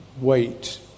wait